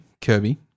Kirby